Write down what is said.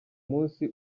munsi